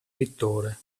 vittore